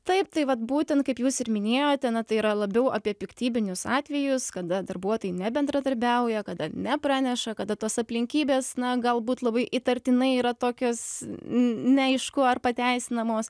taip tai vat būtent kaip jūs ir minėjote na tai yra labiau apie piktybinius atvejus kada darbuotojai nebendradarbiauja kada nepraneša kada tos aplinkybės na galbūt labai įtartinai yra tokios neaišku ar pateisinamos